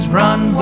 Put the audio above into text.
run